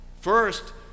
First